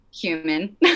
human